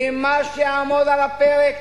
כי מה שיעמוד על הפרק